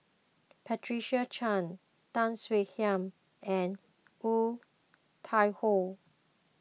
Patricia Chan Tan Swie Hian and Woon Tai Ho